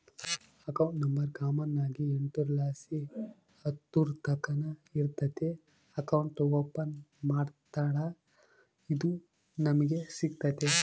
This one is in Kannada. ಅಕೌಂಟ್ ನಂಬರ್ ಕಾಮನ್ ಆಗಿ ಎಂಟುರ್ಲಾಸಿ ಹತ್ತುರ್ತಕನ ಇರ್ತತೆ ಅಕೌಂಟ್ ಓಪನ್ ಮಾಡತ್ತಡ ಇದು ನಮಿಗೆ ಸಿಗ್ತತೆ